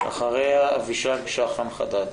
אחריה אבישג שחם חדד.